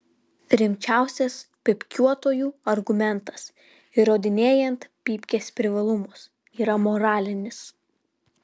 rimčiausias pypkiuotojų argumentas įrodinėjant pypkės privalumus yra moralinis